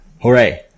Hooray